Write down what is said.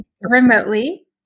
remotely